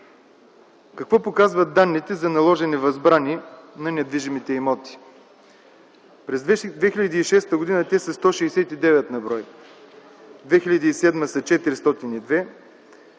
Какво показват данните за възложени възбрани на недвижимите имоти? През 2006 г. те са 169 на брой, през 2007 г. са 402,